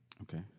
Okay